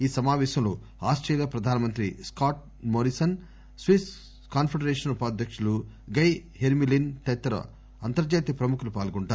ఈ సమాపేశంలో ఆస్టేలియా ప్రధానమంత్రి స్కాట్ మోరిసన్ స్విస్ కాన్పడరేషన్ ఉపాధ్యకులు గై హెర్మిలీన్ తదితర అంతర్ణాతీయ ప్రముఖులు పాల్గొంటారు